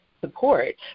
support